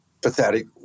pathetic